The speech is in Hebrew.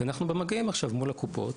ואנחנו במגעים עכשיו מול הקופות,